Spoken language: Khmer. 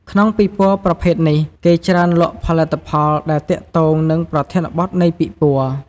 ក្នុងពិព័រណ៍ប្រភេទនេះ គេច្រើនលក់ផលិតផលដែលទាក់ទងនឹងប្រធានបទនៃពិព័រណ៍។